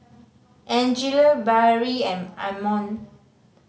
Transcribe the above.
Angele Barrie and Ammon